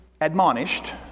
admonished